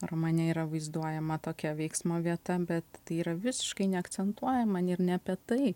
romane yra vaizduojama tokia veiksmo vieta bet tai yra visiškai neakcentuojama ir ne apie tai